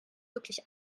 wirklich